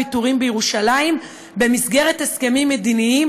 ויתורים בירושלים במסגרת הסכמים מדיניים,